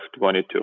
22